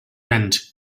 rent